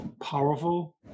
powerful